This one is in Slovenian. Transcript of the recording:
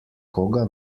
koga